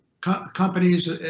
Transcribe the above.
companies